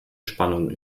spannung